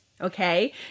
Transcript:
okay